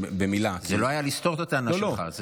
זה לא היה לסתור את הטענה שלך.